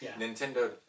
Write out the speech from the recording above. Nintendo